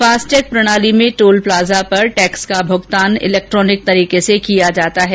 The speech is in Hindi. फास्टैग प्रणाली में टोल प्लाजा पर टैक्स का भूगतान इलैक्ट्रॉनिक तरीके से कर दिया जाता है